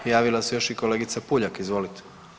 Javila se još i kolegica Puljak, izvolite.